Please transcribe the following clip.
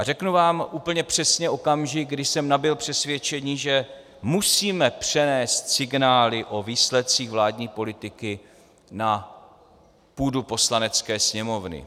Řeknu vám úplně přesně okamžik, kdy jsem nabyl přesvědčení, že musíme přenést signály o výsledcích vládní politiky na půdu Poslanecké sněmovny.